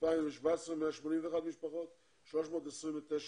בשנת 2017 181 משפחות, 329 נפשות,